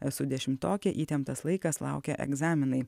esu dešimtokė įtemptas laikas laukia egzaminai